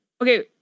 okay